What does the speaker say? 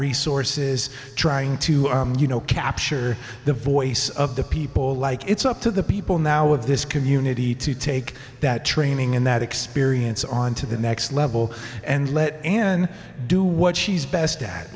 resources trying to you know capture the voice of the people like it's up to the people now of this community to take that training and that experience on to the next level and let n do what she's best at